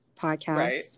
podcast